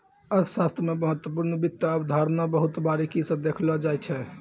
अर्थशास्त्र मे महत्वपूर्ण वित्त अवधारणा बहुत बारीकी स देखलो जाय छै